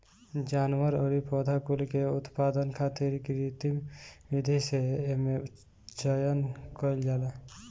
जानवर अउरी पौधा कुल के उत्पादन खातिर कृत्रिम विधि से एमे चयन कईल जाला